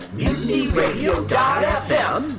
mutinyradio.fm